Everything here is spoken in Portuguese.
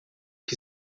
que